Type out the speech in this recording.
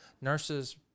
Nurses